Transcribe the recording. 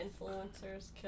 influencers